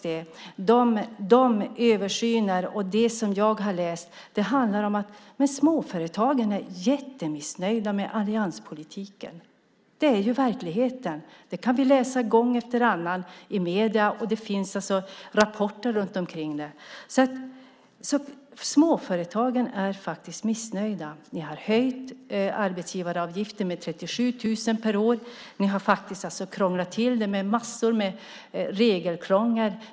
De översyner och det som jag har läst handlar om att småföretagen är jättemissnöjda med allianspolitiken. Det är verkligheten. Det kan vi läsa i medierna och det finns rapporter om det. Småföretagen är faktiskt missnöjda. Ni har höjt arbetsgivaravgiften med 37 000 per år. Ni har krånglat till det med en massa regler.